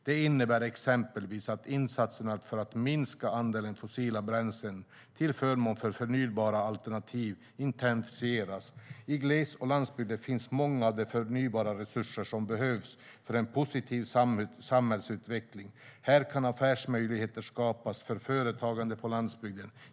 Det innebär exempelvis att insatserna för att minska andelen fossila bränslen till förmån för förnybara alternativ intensifieras. I gles och landsbygder finns många av de förnybara resurser som behövs för en positiv samhällsutveckling. Här kan affärsmöjligheter skapas för företag på landsbygden.